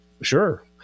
Sure